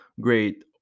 great